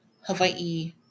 Hawaii